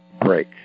break